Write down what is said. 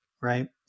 right